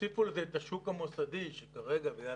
תוסיפו לזה את השוק המוסדי שכרגע בגלל